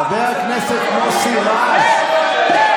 חבר הכנסת מוסי רז,